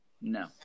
No